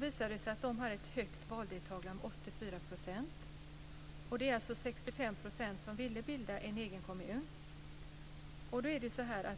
visar det sig att de där har ett högt valdeltagande på 84 %, och 65 % ville bilda en egen kommun.